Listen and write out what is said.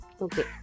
Okay